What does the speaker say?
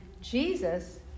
Jesus